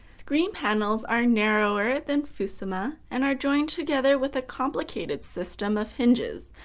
screen panels are narrower than fusuma and are joined together with a complicated system of hinges.